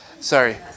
Sorry